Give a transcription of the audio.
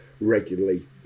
regularly